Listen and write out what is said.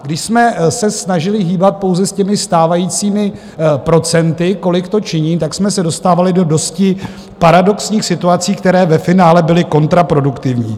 Když jsme se snažili hýbat pouze s těmi stávajícími procenty, kolik to činí, tak jsme se dostávali do dosti paradoxních situací, které ve finále byly kontraproduktivní.